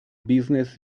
business